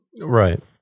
Right